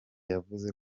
yavuze